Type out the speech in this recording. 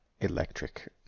Electric